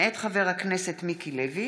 מאת חבר הכנסת מיקי לוי,